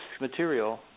material